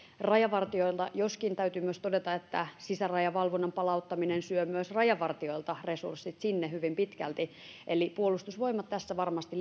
rajavartijoilta joskin täytyy myös todeta että sisärajavalvonnan palauttaminen syö myös rajavartijoilta resurssit sinne hyvin pitkälti eli puolustusvoimat tässä varmasti